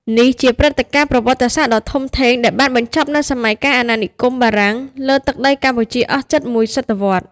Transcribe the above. នេះជាព្រឹត្តិការណ៍ប្រវត្តិសាស្ត្រដ៏ធំធេងដែលបានបញ្ចប់នូវសម័យកាលអាណានិគមបារាំងលើទឹកដីកម្ពុជាអស់ជិតមួយសតវត្សរ៍។